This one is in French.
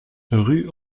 rue